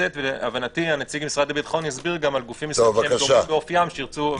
להבנתי נציג משרד הביטחון יסביר גם על גופים שונים באופיים שירצו.